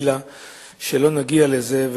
שלא נגיע לזה.